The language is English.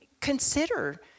consider